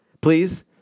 Please